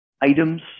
items